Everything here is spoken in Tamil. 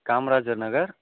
காமராஜர் நகர்